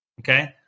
okay